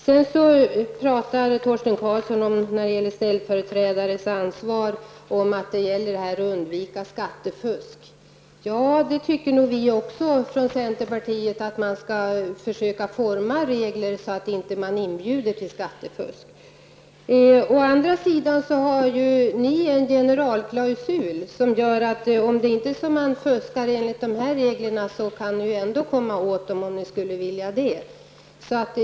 När det gäller ställföreträdares ansvar talade Torsten Karlsson om att det gäller att undvika skattefusk. Vi från centern tycker nog också att man skall försöka utforma reglerna så att man inte inbjuder till skattefusk. Å andra sidan föreslår ju ni en generalklausul. Ni kan ju därför komma åt dem som fuskar, om ni skulle vilja det, även om ni inte kan det enligt de här reglerna.